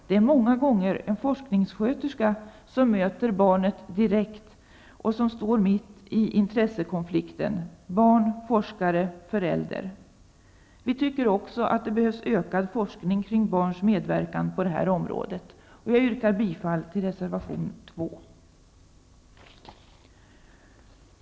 Det är många gånger en forskningssköterska som möter barnet direkt och som står mitt uppe i intressekonflikten: barn-forskare-förälder. Vi tycker också att det behövs ökad forskning kring barns medverkan på detta område, och jag yrkar bifall till reservation 2.